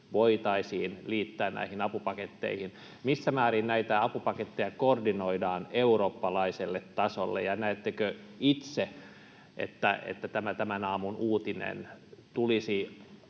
voitaisiin liittää näihin apupaketteihin? Missä määrin näitä apupaketteja koordinoidaan eurooppalaiselle tasolle? Ja näettekö itse, että tämän aamun uutisen tulisi